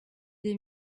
des